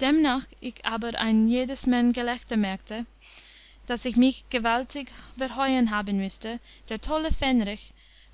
demnach ich aber an jedermanns gelächter merkete daß ich mich gewaltig verhauen haben müßte der tolle fähnrich